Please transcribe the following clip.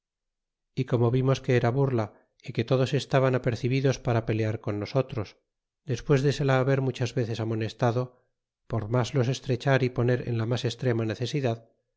e como vimos que era burla y que todos estaban apercibidos y para pelear con nosotros despues de se la haber muchas veces y amonestado por mas los estrechar y poner en mas extrema necesidad